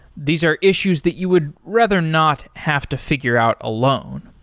these are issues that you would rather not have to figure out alone.